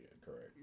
correct